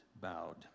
bowed